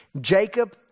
Jacob